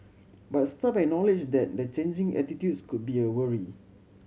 but some acknowledged that the changing attitudes could be a worry